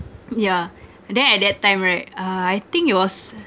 yeah then at that time right uh I think it was